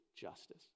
justice